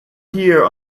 here